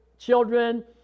children